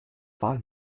wahl